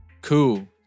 Cool